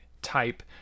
type